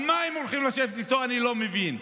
על מה הם הולכים לשבת איתו, אני לא מבין.